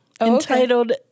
entitled